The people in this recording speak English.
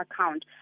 account